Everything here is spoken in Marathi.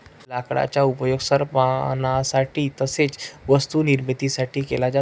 लाकडाचा उपयोग सरपणासाठी तसेच वस्तू निर्मिती साठी केला जातो